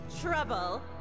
Trouble